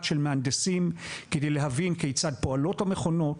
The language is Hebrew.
של מהנדסים כדי להבין כיצד פועלות המכונות,